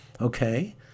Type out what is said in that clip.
okay